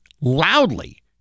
loudly